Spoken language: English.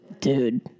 Dude